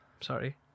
sorry